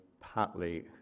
partly